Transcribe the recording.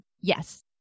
yes